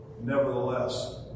Nevertheless